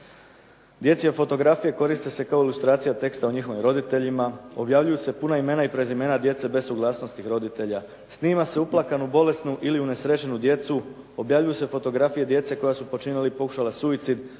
Dječje fotografije koriste se kao ilustracija teksta o njihovim roditeljima, objavljuju se puna imena i prezimena djece bez suglasnosti roditelja, snima se uplakanu, bolesnu ili unesrećenu djecu, objavljuju se fotografije djece koja su počinila i pokušala suicid,